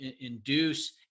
induce